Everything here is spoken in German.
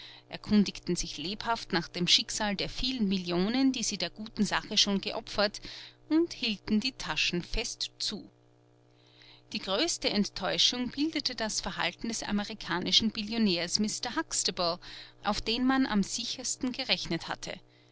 erkundigten sich lebhaft nach dem schicksal der vielen millionen die sie der guten sache schon geopfert und hielten die taschen fest zu die größte enttäuschung bildete das verhalten des amerikanischen billionärs mister huxtable auf den man am sichersten gerechnet hatte